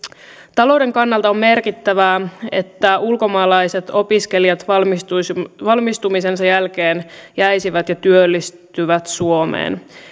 talouden kannalta on merkittävää että ulkomaalaiset opiskelijat valmistumisensa jälkeen jäisivät ja työllistyisivät suomeen